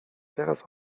teraz